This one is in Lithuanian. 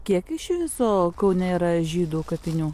kiek iš viso kaune yra žydų kapinių